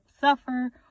suffer